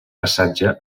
passatge